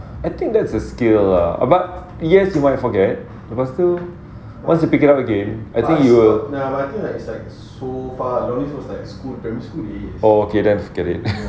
I think that's a skill ah but yes you might forget lepas tu once you pick it up again I think you will oh okay then forget it